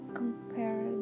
compare